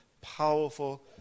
powerful